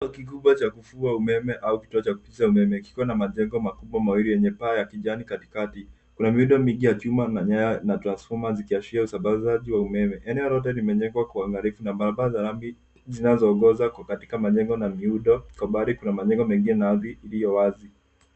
Kituo kikubwa cha kufua umeme au kituo cha kukuza umeme kikiwa na majengo makubwa mawili yenye paa ya kijani katikati. Kuna miundo mingi ya chuma na nyaya na transfoma zikiashiria usambazaji wa umeme. Eneo lote limejengwa kwa uangalifu na barabara za rangi zinazoongoza ziko katika majengo na miundo. Kwa mbali kuna majengo mengine na ardhi iliyowazi.